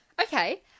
Okay